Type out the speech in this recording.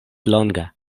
longa